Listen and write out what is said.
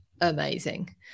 amazing